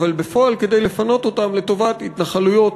אבל בפועל כדי לפנות אותם לטובת התנחלויות,